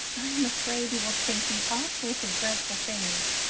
i am afraid you will think me all sorts of dreadful things,